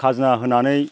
खाजोना होनानै